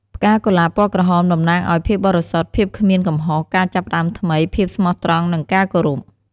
ផ្កាកុលាបពណ៌ក្រហមតំណាងឱ្យ ភាពបរិសុទ្ធ ភាពគ្មានកំហុស ការចាប់ផ្តើមថ្មី ភាពស្មោះត្រង់ និងការគោរព។